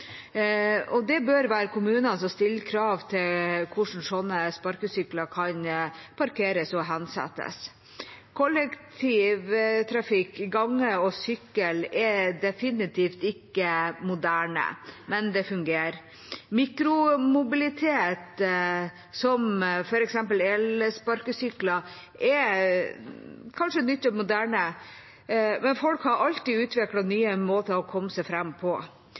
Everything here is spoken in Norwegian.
areal». Det bør være kommunene som stiller krav til hvordan slike sparkesykler kan parkeres og hensettes. Kollektivtrafikk, gange og sykkel er definitivt ikke moderne, men det fungerer. Mikromobilitet, som f.eks. elsparkesykler, er kanskje nytt og moderne, men folk har alltid utviklet nye måter å komme seg fram på.